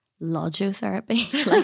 logotherapy